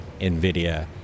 NVIDIA